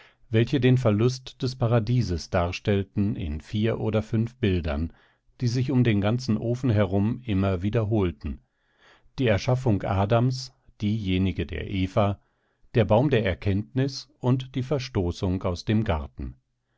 welche den verlust des paradieses darstellten in vier oder fünf bildern die sich um den ganzen ofen herum immer wiederholten die erschaffung adams diejenige der eva der baum der erkenntnis und die verstoßung aus dem garten